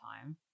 time